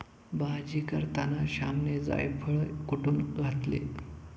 भाजी करताना श्यामने जायफळ कुटुन घातले